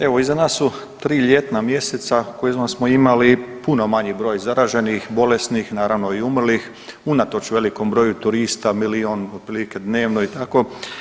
Evo iza nas su 3 ljetna mjeseca u kojima smo imali puno manji broj zaraženih, bolesnih, naravno i umrlih, unatoč velikom broju turista, milijun, otprilike dnevno i tako.